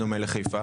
בדומה לחיפה?